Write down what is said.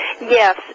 Yes